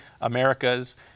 Americas